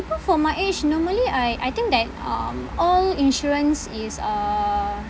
people for my age normally I I think that um all insurance is uh